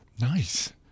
Nice